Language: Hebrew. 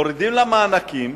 מורידים לה מענקים.